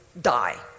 die